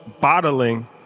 bottling